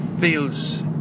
feels